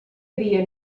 havia